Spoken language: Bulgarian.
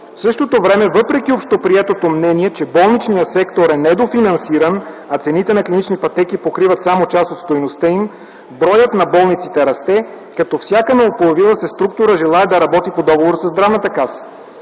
В същото време, въпреки общоприетото мнение, че болничният сектор е недофинансиран, а цените на клинични пътеки покриват само част от стойността им, броят на болниците расте, като всяка новопоявила се структура желае да работи по договор със Здравната каса.